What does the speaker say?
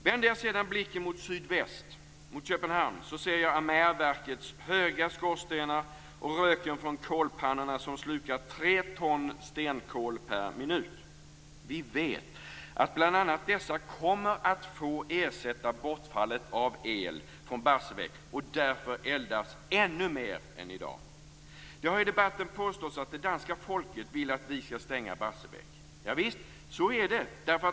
Vänder jag sedan blicken mot sydväst, mot Köpenhamn, ser jag Amagerverkets höga skorstenar och röken från kolpannorna som slukar 3 ton stenkol per minut. Vi vet att bl.a. dessa kommer att få ersätta den el från Barsebäck som bortfaller och att de därför kommer att eldas ännu mer än i dag. Det har i debatten påståtts att det danska folket vill att vi skall stänga Barsebäck. Javisst! Så är det.